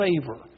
favor